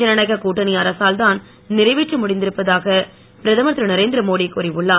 ஜனநாயக கூட்டணி அரசால் தான் நிறைவேற்ற முடிந்திருப்பதாக பிரதமர் திரு நரேந்திரமோடி கூறி உள்ளார்